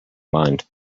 mind